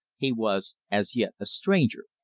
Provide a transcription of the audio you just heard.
he was as yet a stranger.